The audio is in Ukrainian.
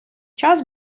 час